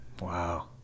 Wow